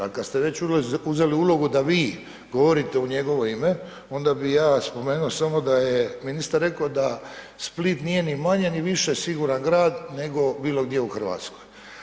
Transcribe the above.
A kad ste već uzeli ulogu da vi govorite u njegovo ime onda bi ja spomenuo samo da je ministar rekao da Split ni manje ni više siguran grad nego bilo gdje u Hrvatskoj.